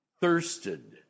thirsted